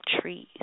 trees